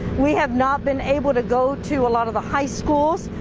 we have not been able to go to a lot of the high schools.